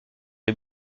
les